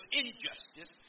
injustice